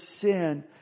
sin